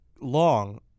Long